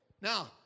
Now